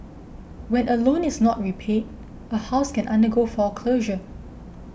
when a loan is not repaid a house can undergo foreclosure